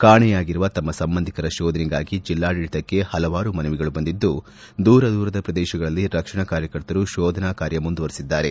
ಕಾಣೆಯಾಗಿರುವ ತಮ್ಮ ಸಂಬಂಧಿಕರ ಶೋಧನೆಗಾಗಿ ಜಿಲ್ಲಾಡಳಿತಕ್ಕೆ ಹಲವಾರು ಮನವಿಗಳು ಬಂದಿದ್ದು ದೂರ ದೂರದ ಪ್ರದೇಶಗಳಲ್ಲಿ ರಕ್ಷಣಾ ಕಾರ್ಯಕರ್ತರು ಶೋಧನಾ ಕಾರ್ಯ ಮುಂದುವರೆಸಿದ್ದಾರೆ